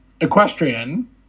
Equestrian